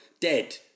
dead